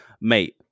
Mate